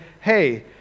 hey